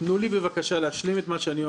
תנו לי בבקשה להשלים את מה שאני אומר.